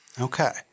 Okay